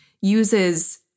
uses